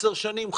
10 שנים,